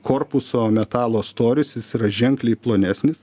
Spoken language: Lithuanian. korpuso metalo storis jis yra ženkliai plonesnis